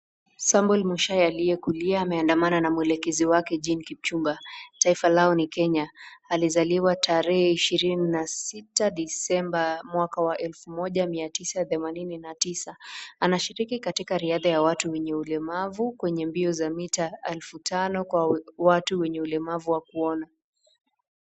Samwel Mushai aliyekulia ameandamana na mwelekezi wake Jean Kipchumba taifa lao ni Kenya. Alizaliwa tarehe ishirini na sita December mwaka wa elfu moja mia tisa themanini na tisa. Anashiriki katika riadha ya watu wenye ulemavu kwenye mbio za mita elfu tano kwa watu wenye ulemavu wa kuona.